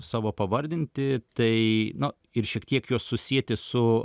savo pavardinti tai nu ir šiek tiek juos susieti su